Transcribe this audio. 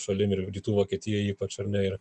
šalim ir rytų vokietijoj ypač ar ne ir